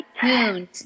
tuned